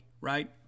right